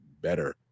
better